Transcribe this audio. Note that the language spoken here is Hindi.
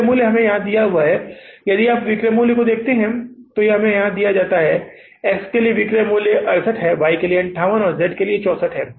विक्रय मूल्य हम यहाँ दिए गए हैं यदि आप विक्रय मूल्य को देखते हैं तो यह हमें दिया जाता है X के लिए विक्रय मूल्य 68 है Y के लिए 58 है और Z के लिए 64 है